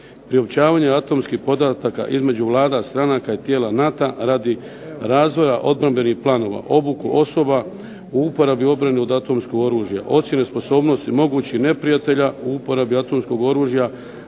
priopćavanje atomskih podataka između Vlada stranaka i tijela NATO-a radi razvoja obrambenih planova, obuku osoba, u uporabi obrane od atomskog oružja, ocjene sposobnosti mogućih neprijatelja u uporabi atomskog oružja,